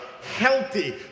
healthy